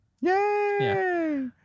Yay